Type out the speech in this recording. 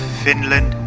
finland,